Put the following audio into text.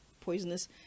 poisonous